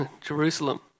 Jerusalem